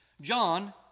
John